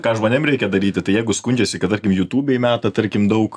ką žmonėm reikia daryti tai jeigu skundžiasi kad tarkim jutubėj meta tarkim daug